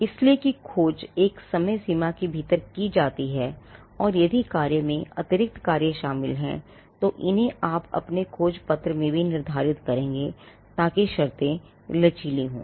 इसलिए कि खोज एक समय सीमा के भीतर की जाती है और यदि कार्य में अतिरिक्त कार्य शामिल हैंतो इन्हें आप अपने खोज पत्र में भी निर्धारित करेंगे ताकि शर्तें लचीली हों